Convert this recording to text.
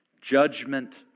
judgment